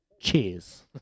Cheers